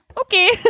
okay